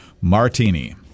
martini